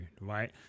right